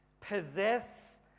Possess